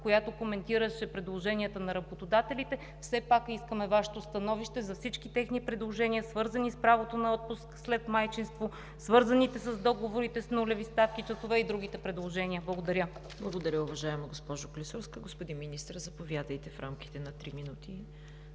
която коментираше предложенията на работодателите – все пак искаме Вашето становище за всички техни предложения, свързани с правото на отпуск след майчинство, свързани с договорите с нулеви ставки часове и другите предложения? Благодаря. ПРЕДСЕДАТЕЛ ЦВЕТА КАРАЯНЧЕВА: Благодаря, уважаема госпожо Клисурска. Господин Министър, заповядайте, да дадете